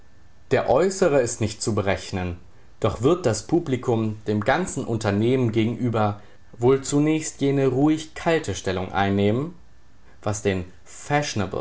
der äußere ist nicht zu berechnen doch wird das publikum dem ganzen unternehmen gegenüber wohl zunächst jene ruhig kalte stellung einnehmen was den